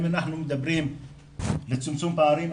אם אנחנו מדברים לצמצום פערים,